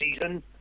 season